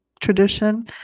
tradition